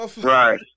Right